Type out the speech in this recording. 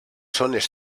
zones